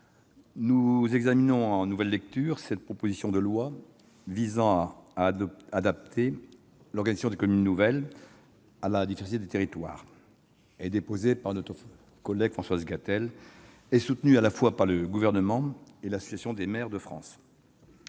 nous examinons en nouvelle lecture la proposition de loi visant à adapter l'organisation des communes nouvelles à la diversité des territoires, déposée par notre collègue Françoise Gatel et soutenue à la fois par le Gouvernement et l'Association des maires de France.